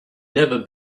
never